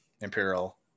imperial